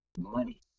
money